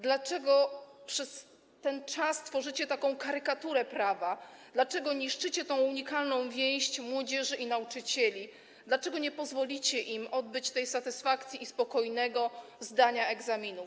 Dlaczego przez ten czas tworzycie taką karykaturę prawa, dlaczego niszczycie tę unikalną więź młodzieży i nauczycieli, dlaczego nie pozwolicie im mieć tej satysfakcji i spokojnie zdać egzaminów?